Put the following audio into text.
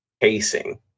pacing